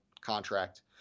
contract